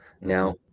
Now